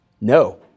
No